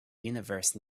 universe